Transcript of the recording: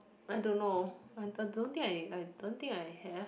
I don't know I don't think I I don't think I have